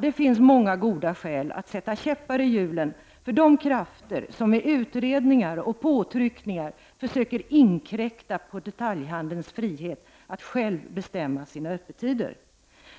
Det finns många goda skäl att sätta käppar i hjulen för de krafter som med utredningar och påtryckningar försöker inkräkta på detaljhandelns frihet att själv bestämma sina öppettider.